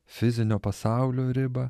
fizinio pasaulio ribą